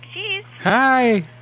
Hi